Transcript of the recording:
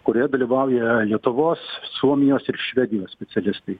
kurioje dalyvauja lietuvos suomijos ir švedijos specialistai